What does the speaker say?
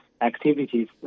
activities